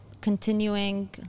continuing